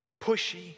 pushy